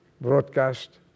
broadcast